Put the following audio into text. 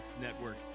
network